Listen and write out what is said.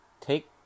take